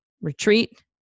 retreat